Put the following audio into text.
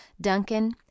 Duncan